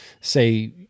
say